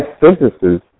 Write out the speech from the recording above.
sentences